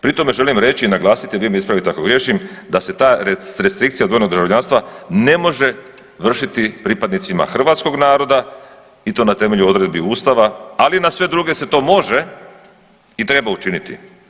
Pri tome želim reći i naglasiti, vi me ispravite ako griješim, da se ta restrikcija dvojnog državljanstva ne može vršiti pripadnicima hrvatskog naroda i to na temelju odredbi Ustava, ali na sve druge se to može i treba učiniti.